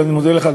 אני מודה לך,